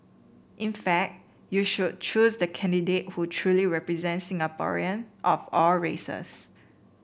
in fact you should choose the candidate who truly represents Singaporeans of all races